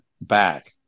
back